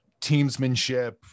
teamsmanship